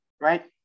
right